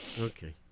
Okay